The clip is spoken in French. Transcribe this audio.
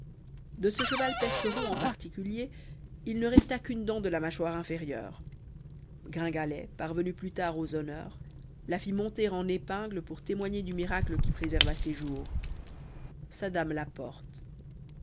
de ce cheval percheron en particulier il ne resta qu'une dent de la mâchoire inférieure gringalet parvenu plus tard aux honneurs la fit monter en épingle pour témoigner du miracle qui préserva ses jours sa dame la porte